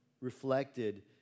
reflected